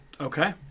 Okay